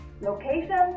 Location